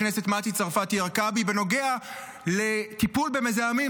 הכנסת מטי צרפתי הרכבי בנוגע לטיפול במזהמים,